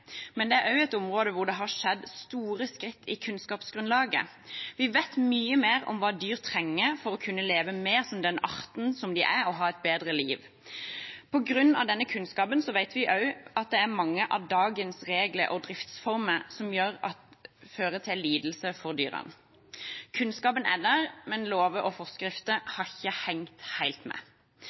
men det er også et område hvor det har skjedd store framskritt i kunnskapsgrunnlaget. Vi vet mye mer om hva dyr trenger for å kunne leve mer som den arten de er, og for å ha et bedre liv. På grunn av denne kunnskapen vet vi også at det er mange av dagens regler og driftsformer som fører til lidelse for dyrene. Kunnskapen er der, men lover og forskrifter har ikke hengt helt med.